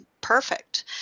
perfect